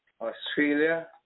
Australia